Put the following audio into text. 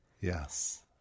Yes